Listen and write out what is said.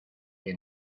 que